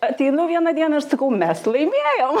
ateinu vieną dieną ir sakau mes laimėjom